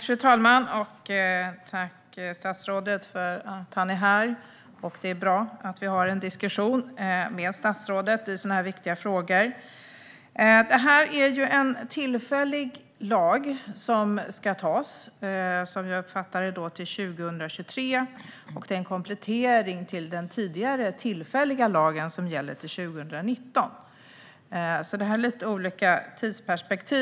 Fru talman! Jag vill tacka statsrådet för att han är här. Det är bra att vi har en diskussion med statsrådet i sådana här viktiga frågor. Detta är ju en tillfällig lag som ska antas. Som jag uppfattar det ska den gälla till 2023 och är en komplettering av den tidigare tillfälliga lag som gäller till 2019. Tidsperspektiven är alltså lite olika.